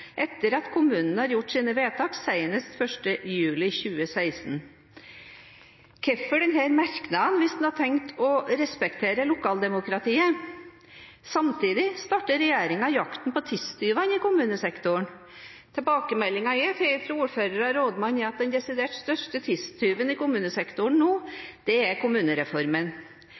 etter at kommunane har gjort sine vedtak seinast 1. juli 2016.» Hvorfor denne merknaden hvis man har tenkt å respektere lokaldemokratiet? Samtidig starter regjeringen jakten på tidstyvene i kommunesektoren. Tilbakemeldingene fra ordførere og rådmenn er at den desidert største tidstyven i kommunesektoren nå